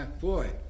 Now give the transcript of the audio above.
boy